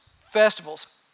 festivals